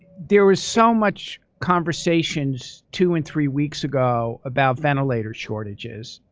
there was so much conversations two and three weeks ago about ventilator shortages.